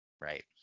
right